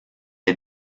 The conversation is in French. est